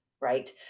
right